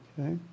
Okay